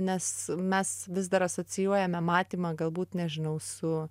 nes mes vis dar asocijuojame matymą galbūt nežinau su